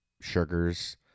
sugars